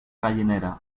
gallinera